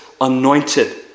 anointed